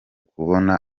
kubona